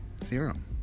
Theorem